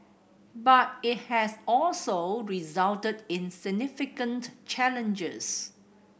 but it has also resulted in significant challenges